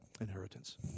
inheritance